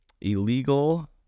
Illegal